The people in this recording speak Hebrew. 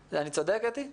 כן.